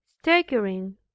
staggering